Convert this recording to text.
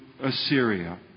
Assyria